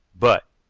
but,